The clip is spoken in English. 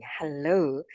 hello